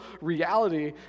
reality